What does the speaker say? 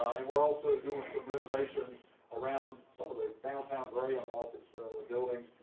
and we're also doing some renovations around some of the downtown bromium office buildings,